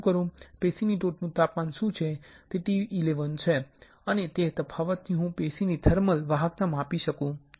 પેશીની ટોચનુ તાપમાન શું છે જે T11 છે અને તે તફાવતથી હું પેશીની થર્મલ વાહકતા માપ કરી શકું છુ